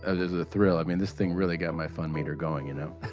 and it was a thrill. i mean, this thing really got my fun meter going, you know.